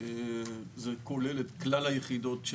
זה כולל את כלל היחידות.